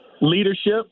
Leadership